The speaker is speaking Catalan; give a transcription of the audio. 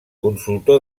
consultor